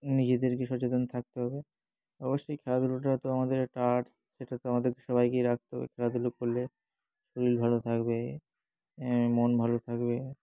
নিজেদেরকে সচেতন থাকতে হবে অবশ্যই খেলাধুলোটা তো আমাদের একটা আর্টস সেটা তো আমাদেরকে সবাইকেই রাখতে হবে খেলাধুলো করলে শরীর ভালো থাকবে মন ভালো থাকবে